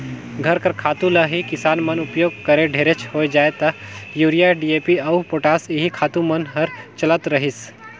घर कर खातू ल ही किसान मन उपियोग करें ढेरेच होए जाए ता यूरिया, डी.ए.पी अउ पोटास एही खातू मन हर चलत रहिस